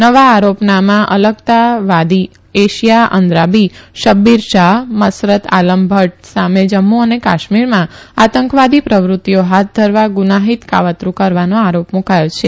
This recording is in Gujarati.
નવા આરોપનામાં અલગતાવાદી એશિયા અન્દ્રાબી શબ્બીર શાહ મસરત આલમ ભટ સામે જમ્મુ અને કાશ્મીરમાં આતંકવાદીઓ પ્રવૃતિઓ હાથ ઘરવા ગુનાહિત કાવતરૂ કરવાનો આરોપ મુકાયો છે